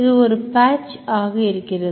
இது ஒரு patch ஆக இருக்கிறது